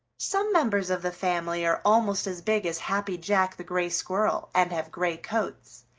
some members of the family are almost as big as happy jack the gray squirrel and have gray coats.